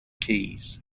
keys